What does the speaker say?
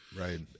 Right